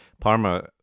Parma